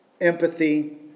empathy